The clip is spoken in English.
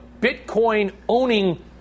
Bitcoin-owning